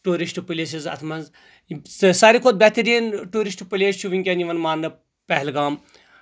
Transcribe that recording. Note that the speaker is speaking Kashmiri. ٹیوٗرِسٹ پِلیٚسز اَتھ منٛز ساروٕے کھۄتہٕ بہتٔریٖن ٹیورِسٹ پٕلیس چھُ وُنٛکیٚن ماننٕہ پہلگام